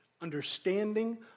understanding